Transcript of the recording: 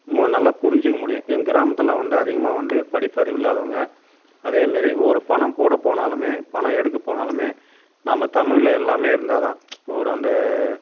நல்லா புரிஞ்சிக்க முடியும் கிராமத்தில்லாம் வந்து அதிகமாக வந்து படிப்பறிவு இல்லாதவங்க அதேமாரி ஒரு பணம் போட போனாலுமே பணம் எடுக்க போனாலுமே நாம தமிழ்ல எல்லாமே இருந்தால்தான் ஒரு அந்த